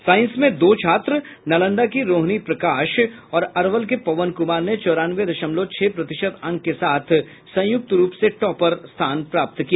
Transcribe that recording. science में दो छात्र नालंदा की रोहिणी प्रकाश और अरवल के पवन कुमार ने चौरानवे दशमलव छह प्रतिशत अंक के साथ संयुक्त रूप से टॉपर रहे